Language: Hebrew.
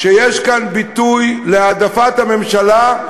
שיש כאן ביטוי להעדפת הממשלה,